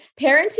parenting